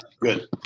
good